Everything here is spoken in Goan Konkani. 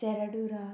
सेराडुरा